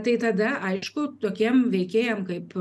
tai tada aišku tokiem veikėjam kaip